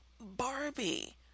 Barbie